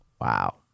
Wow